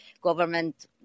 government